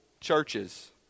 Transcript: churches